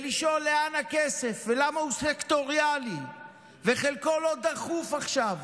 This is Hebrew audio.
ולשאול לאן הכסף ולמה הוא סקטוריאלי וחלקו לא דחוף עכשיו.